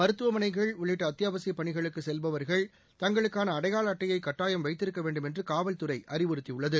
மருத்துவமனைகள் உள்ளிட்ட அத்தியாவசியப் பணிகளுக்கு செல்பவர்கள் தங்களுக்கான அடையாள அட்டையை கட்டாயம் வைத்திருக்க வேண்டும் என்று காவல்துறை அறிவுறுத்தியுள்ளது